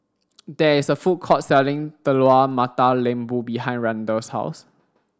there is a food court selling Telur Mata Lembu behind Randall's house